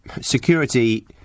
security